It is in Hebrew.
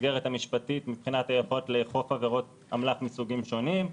המסגרת המשפטית מבחינת היכולת לאכוף עבירות אמל"ח מסוגים שונים.